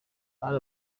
hari